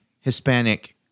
Hispanic